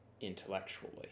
intellectually